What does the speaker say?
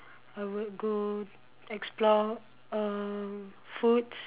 I would go explore um foods